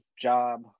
job